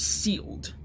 sealed